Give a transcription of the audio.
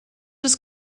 was